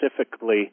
specifically